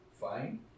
fine